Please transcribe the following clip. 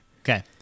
Okay